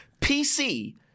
PC